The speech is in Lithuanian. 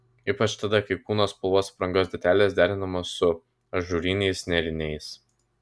ypač tada kai kūno spalvos aprangos detalės derinamos su ažūriniais nėriniais